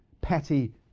petty